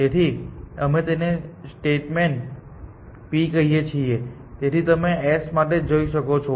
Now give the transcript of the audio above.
તેથી અમે તેને સ્ટેટમેન્ટ p કહીએ છીએ તેથી તમે તે s માટે જોઈ શકો છો